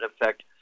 affect